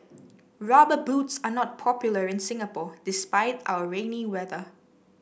rubber boots are not popular in Singapore despite our rainy weather